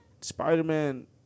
Spider-Man